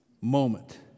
moment